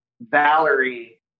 Valerie